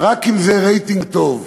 רק אם זה רייטינג טוב,